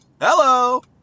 Hello